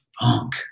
funk